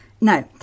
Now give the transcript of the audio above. Now